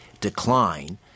decline –